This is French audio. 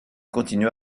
continua